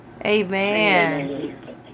Amen